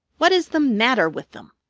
what is the matter with them?